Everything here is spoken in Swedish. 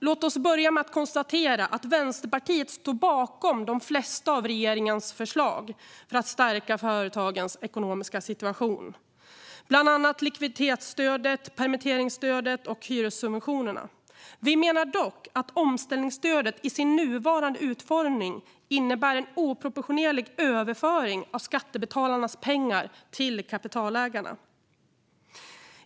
Låt oss börja med att konstatera att Vänsterpartiet står bakom de flesta av regeringens förslag för att stärka företagens ekonomiska situation, bland annat likviditetsstödet, permitteringsstödet och hyressubventionerna. Vi menar dock att omställningsstödet i sin nuvarande utformning innebär en oproportionerlig överföring av skattebetalarnas pengar till kapitalägarna.